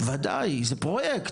ודאי, זה פרויקט.